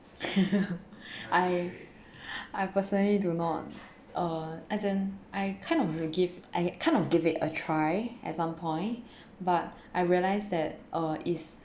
I I personally do not uh as in I kind of already give I kind of gave it a try at some point but I realize that uh is